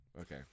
okay